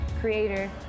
creator